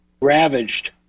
ravaged